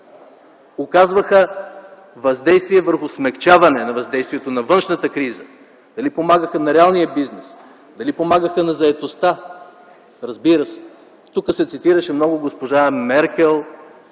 оказваха въздействие върху смекчаване на въздействието на външната криза, дали помагаха на реалния бизнес, дали помагаха на заетостта? Разбира се! Тук се цитираше много госпожа Меркел